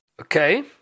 Okay